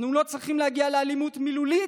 אנו לא צריכים להגיע לאלימות מילולית,